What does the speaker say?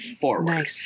forward